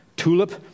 tulip